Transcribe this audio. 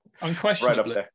Unquestionably